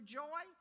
joy